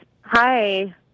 Hi